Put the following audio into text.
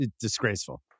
disgraceful